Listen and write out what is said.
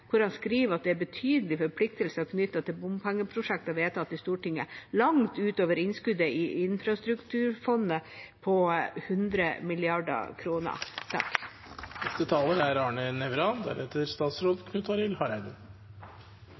hvor han skriver at det er betydelige forpliktelser knyttet til bompengeprosjekter vedtatt i Stortinget, langt utover innskuddet i infrastrukturfondet på 100